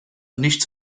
nicht